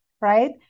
right